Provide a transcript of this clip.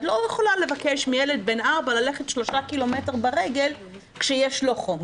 את לא יכולה לבקש מילד בן 4 ללכת 3 קמ' ברגל כשיש לו חום.